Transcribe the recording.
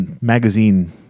magazine